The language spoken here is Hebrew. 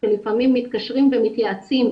שלפעמים מתקשרים ומתייעצים.